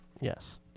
Yes